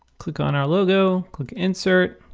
click on our logo, click insert,